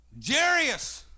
Jarius